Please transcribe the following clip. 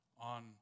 on